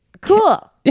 cool